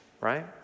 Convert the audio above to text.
Right